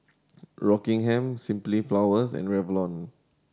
Rockingham Simply Flowers and Revlon